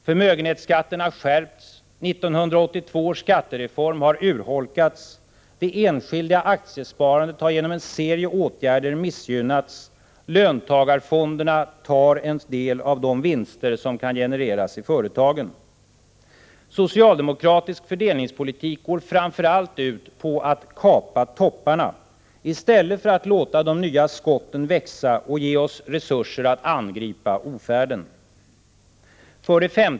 Förmögenhetsskatten har skärpts, 1982 års skattereform har urholkats, det enskilda aktiesparandet har genom en serie åtgärder missgynnats, löntagarfonderna tar en del av de vinster som kan genereras i företagen. Socialdemokratisk fördelningspolitik går framför allt ut på att kapa topparna, i stället för att låta de nya skotten växa och ge oss resurser att angripa ofärden. 5.